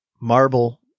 marble